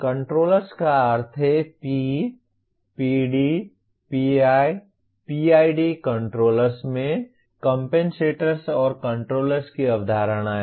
controllers का अर्थ है P PD PI PID controllers में कम्पेन्सेटर्स और कंट्रोलर्स की अवधारणाएं हैं